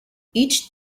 each